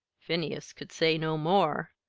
phineas could say no more.